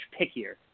pickier